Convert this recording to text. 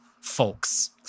folks